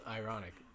ironic